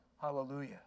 hallelujah